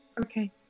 Okay